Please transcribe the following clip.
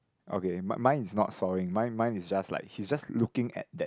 okay mine mine is not sawing mine mine is just like he's just looking at that